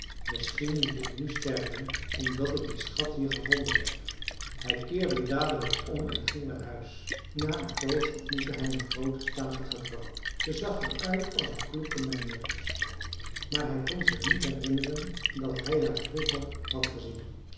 misschien moet ik nu sterven omdat ik dien schat hier gevonden heb hij keerde dadelijk om en ging naar huis na een poos ontmoette hij een groote statige vrouw ze zag er uit als een kloeke mijnwerkersvrouw maar hij kon zich niet herinneren dat hij haar vroeger had gezien